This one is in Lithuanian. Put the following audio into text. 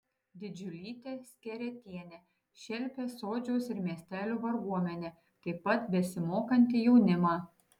didžiulytė sketerienė šelpė sodžiaus ir miestelių varguomenę taip pat besimokantį jaunimą